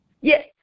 Yes